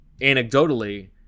anecdotally